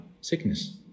sickness